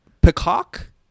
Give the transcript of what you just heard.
Peacock